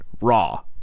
raw